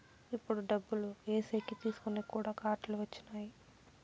ఇప్పుడు డబ్బులు ఏసేకి తీసుకునేకి కూడా కార్డులు వచ్చినాయి